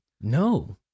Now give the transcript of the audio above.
no